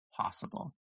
possible